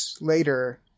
later